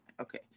okay